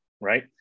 right